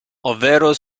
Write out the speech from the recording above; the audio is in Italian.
ovvero